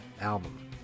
album